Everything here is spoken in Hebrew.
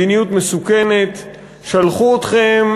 מדיניות מסוכנת, שלחו אתכם